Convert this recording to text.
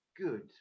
good